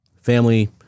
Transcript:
family